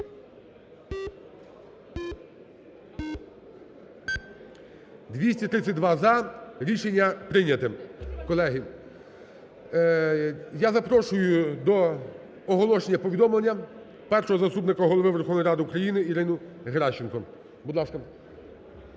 За-232 Рішення прийняте. Колеги, я запрошую до оголошення повідомлення Першого заступника Голови Верховної Ради України Ірину Геращенко. Будь ласка.